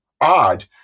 odd